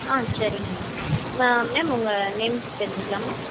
ஆ சரிங்க ma'am ma'am உங்கள் name தெரிஞ்சுக்கலாமா